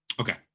okay